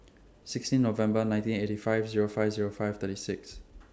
sixteen November nineteen eighty five Zero five Zero five thirty six